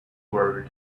world